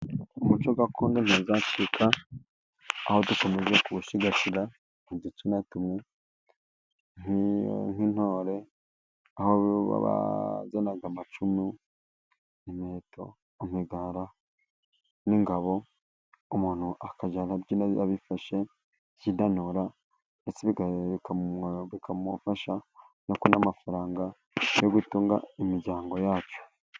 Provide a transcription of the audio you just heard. Umuco gakondo ntuzacika, aho dukomeje kuwusigasira muduce tumwe. Nk'intore, aho bazana amacumu imiheto, imigara n'ingabo. Umuntu akajya abyina abifashe, akidagadura, ndetse bikamufasha no kubona amafaranga yo gutunga imiryango yacu.